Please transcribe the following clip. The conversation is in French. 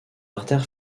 artère